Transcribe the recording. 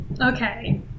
Okay